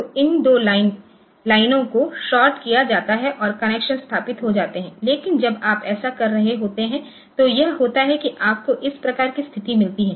तो इन 2 लाइनों को शॉर्ट किया जाता है और कनेक्शन स्थापित हो जाते हैं लेकिन जब आप ऐसा कर रहे होते हैं तो यह होता है कि आपको इस प्रकार की स्थिति मिलती है